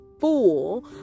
fool